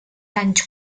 anys